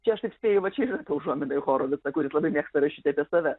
čia aš taip spėju va čia ir užuomina į horovicą kuris labai mėgsta rašyti apie save